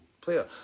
player